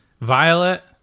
Violet